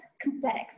Complex